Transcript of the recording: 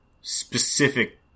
specific